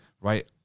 right